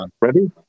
ready